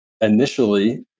initially